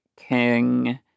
king